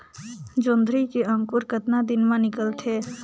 जोंदरी के अंकुर कतना दिन मां निकलथे?